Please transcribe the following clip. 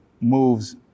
moves